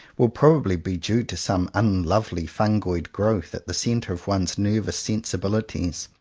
will probably be due to some unlovely fungoid growth at the centre of one's nervous sensibilities.